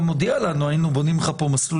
שלשאיפה או פיקוח על הקיום כמה שיותר דיונים באמצעות